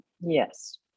Yes